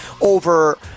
over